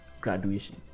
graduation